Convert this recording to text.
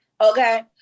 okay